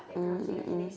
mm